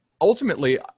ultimately